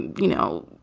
you know,